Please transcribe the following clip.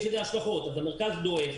המרכז דועך,